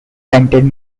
rented